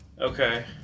Okay